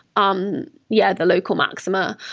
um yeah, the local maxima,